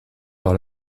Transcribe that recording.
par